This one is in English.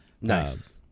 Nice